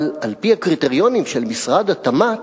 אבל על-פי הקריטריונים של משרד התמ"ת,